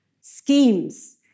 schemes